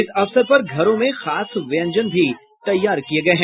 इस अवसर पर घरों में खास व्यंजन भी तैयार किये गये हैं